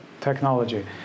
technology